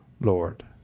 Lord